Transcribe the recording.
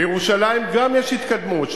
גם בירושלים יש התקדמות,